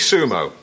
Sumo